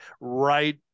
right